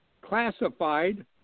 classified